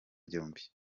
byombi